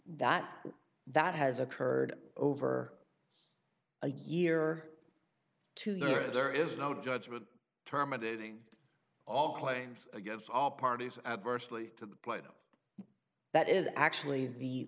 that that has occurred over a year to year if there is no judgment terminating all claims against all parties adversely to plato that is actually the